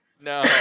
no